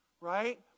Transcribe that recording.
right